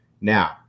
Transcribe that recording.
Now